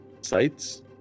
sites